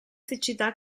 siccità